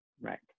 right